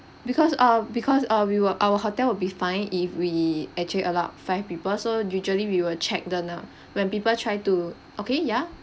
because uh because uh we were our hotel would be fined if we actually allowed five people so usually we will check them ah when people try to okay ya